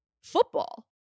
football